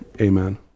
Amen